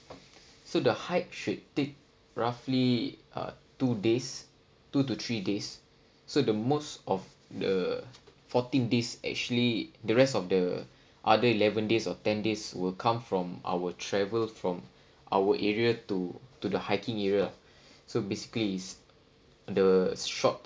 so the hike should take roughly uh two days two to three days so the most of the fourteen days actually the rest of the other eleven days or ten days will come from our travel from our area to to the hiking area so basically is the short